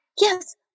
yes